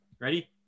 Ready